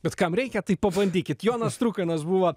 bet kam reikia tai pabandykit jonas trukanas buvo